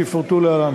שיפורטו להלן.